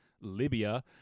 Libya